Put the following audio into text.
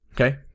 Okay